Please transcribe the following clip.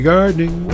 Gardening